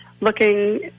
looking